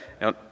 Now